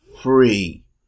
free